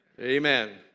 amen